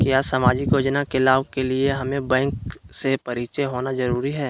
क्या सामाजिक योजना के लाभ के लिए हमें बैंक से परिचय होना जरूरी है?